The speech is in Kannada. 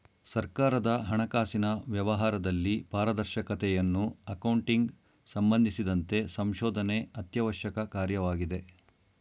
ಸರ್ಕಾರದ ಹಣಕಾಸಿನ ವ್ಯವಹಾರದಲ್ಲಿ ಪಾರದರ್ಶಕತೆಯನ್ನು ಅಕೌಂಟಿಂಗ್ ಸಂಬಂಧಿಸಿದಂತೆ ಸಂಶೋಧನೆ ಅತ್ಯವಶ್ಯಕ ಕಾರ್ಯವಾಗಿದೆ